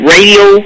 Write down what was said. Radio